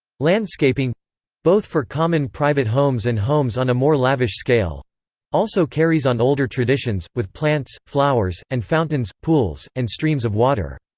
landscaping both for common private homes and homes on a more lavish scale also carries on older traditions, with plants, flowers, and fountains, pools, and streams of water.